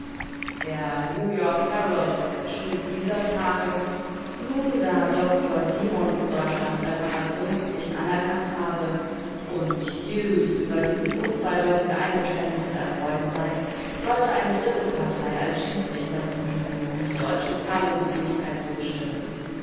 der new york herald schrieb dieser tage nun da dr simons deutschlands reparationspflicht anerkannt habe und hughes über dieses unzweideutige eingeständnis erfreut sei sollte eine dritte partei als schiedsrichter fungieren um die deutsche zahlungsfähigkeit zu bestimmen